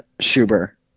Schuber